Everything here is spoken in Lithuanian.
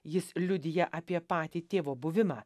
jis liudija apie patį tėvo buvimą